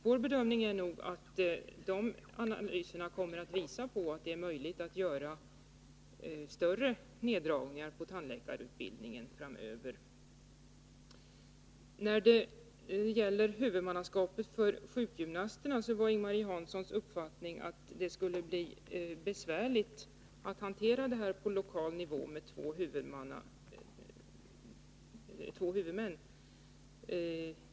Vår bedömning är att analyserna kommer att visa att det framöver är möjligt att göra större neddragningar på tandläkarutbildningen. När det gäller huvudmannaskapet för sjukgymnastutbildningen var Ing-Marie Hanssons uppfattning att det på lokal nivå skulle bli besvärligt att hantera systemet med två huvudmän.